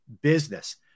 business